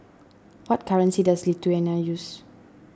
what currency does Lithuania use